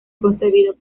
concebido